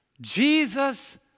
Jesus